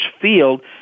field